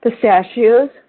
Pistachios